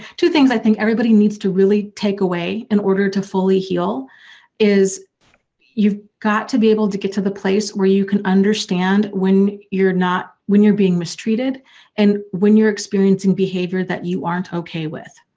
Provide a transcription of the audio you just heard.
two things i think everybody needs to really take away in order to fully heal is you've got to be able to get to the place where you can understand when you're not. when you're being mistreated and when you're experiencing behavior that you aren't okay with.